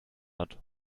hat